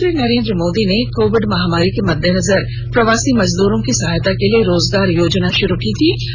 प्रधानमंत्री नरेन्द्र मोदी ने कोविड महामारी के मद्देनजर प्रवासी मजदूरों की सहायता के लिए रोजगार योजना शुरू की थी